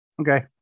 Okay